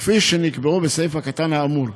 כפי שנקבעו בסעיף הקטן האמור,